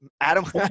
Adam